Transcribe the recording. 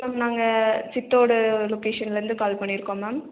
அப்புறம் நாங்கள் சித்தோடு லொக்கேஷனில் இருந்து கால் பண்ணியிருக்கோம் மேம்